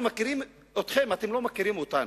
אנחנו מכירים אתכם, אתם לא מכירים אותנו.